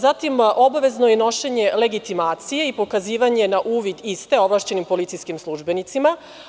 Zatim, obavezno je nošenje legitimacije i pokazivanje na uvid iste ovlašćenim policijskim službenicima.